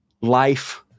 life